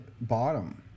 bottom